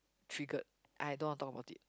triggered I don't want talk about it